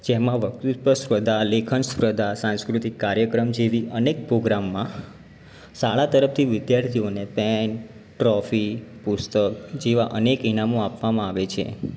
જેમાં વકતૃત્ત્વ સ્પર્ધા લેખન સ્પર્ધા સાંસ્કૃતિક કાર્યક્રમ જેવી અનેક પ્રોગ્રામમાં શાળા તરફથી વિદ્યાર્થીઓને પૅન ટ્રોફી પુસ્તક જેવાં અનેક ઇનામો આપવામાં આવે છે